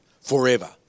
forever